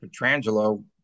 Petrangelo